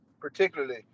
particularly